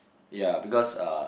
yea because uh